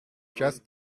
just